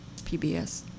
PBS